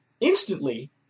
instantly